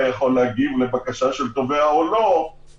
התחייבה לבחון את הדבר הזה בכל מקרה בטווח של החודשים